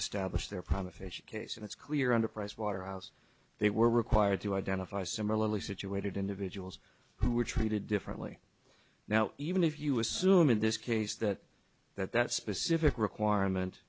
establish their promise fisher case and it's clear under pricewaterhouse they were required to identify similarly situated individuals who were treated differently now even if you assume in this case that that that specific requirement